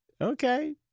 Okay